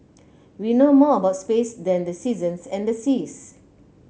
we know more about space than the seasons and the seas